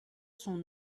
son